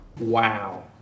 wow